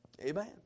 Amen